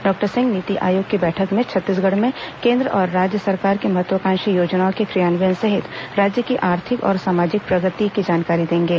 doctor Singh NITI Aayog की बैठक में छत्तीसगढ़ में केंद्र और राज्य सरकार की महत्वाकांक्षी योजनाओं के क्रियान्वयन सहित राज्य की आर्थिक और सामाजिक प्रगति की जानकारी देंगे